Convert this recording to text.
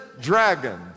dragon